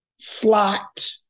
slot